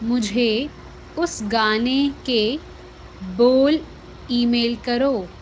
مجھے اس گانے کے بول ای میل کرو